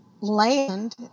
land